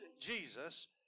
Jesus